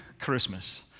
Christmas